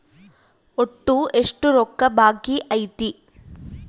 ಒಟ್ಟು ಎಷ್ಟು ರೊಕ್ಕ ಬಾಕಿ ಐತಿ?